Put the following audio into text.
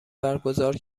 برگزار